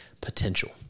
potential